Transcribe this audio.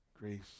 Grace